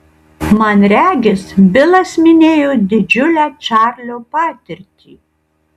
man regis bilas minėjo didžiulę čarlio patirtį